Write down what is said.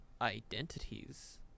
identities